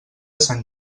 sant